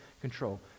control